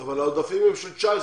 אבל העודפים הם של 19',